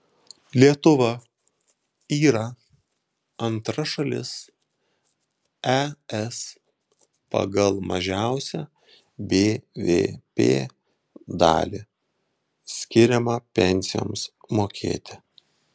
lietuva yra antra šalis es pagal mažiausią bvp dalį skiriamą pensijoms mokėti